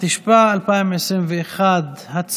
התשפ"א 2021. הצבעה.